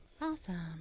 Awesome